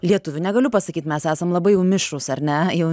lietuvių negaliu pasakyt mes esam labai jau mišrūs ar ne jau